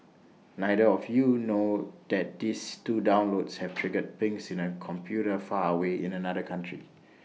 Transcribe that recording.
neither of you know that these two downloads have triggered pings in A computer far away in another country